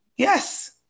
Yes